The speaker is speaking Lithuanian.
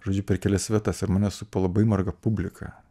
žodžiu per kelias vietas ir mane supa labai marga publika